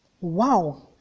wow